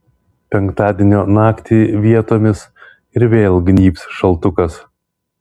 penktadienio naktį vietomis ir vėl gnybs šaltukas